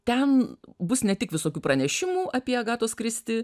ten bus ne tik visokių pranešimų apie agatos kristi